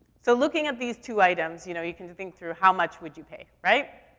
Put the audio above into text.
so looking at these two items, you know, you tend to think through how much would you pay, right?